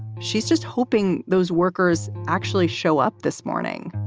she's just hoping those workers actually show up this morning